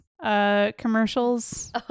Commercials